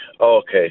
okay